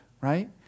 right